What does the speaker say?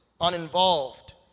uninvolved